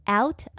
out